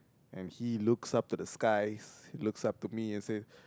and he looks up to the skies looks up to me and say